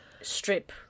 strip